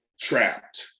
trapped